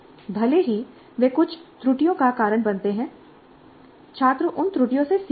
भले ही वे कुछ त्रुटियों का कारण बनते हैं छात्र उन त्रुटियों से सीखते हैं